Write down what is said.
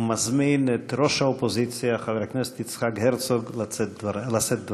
ומזמין את ראש האופוזיציה חבר הכנסת יצחק הרצוג לשאת דברים.